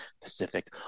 Pacific